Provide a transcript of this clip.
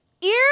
ear